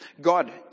God